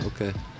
Okay